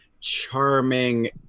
charming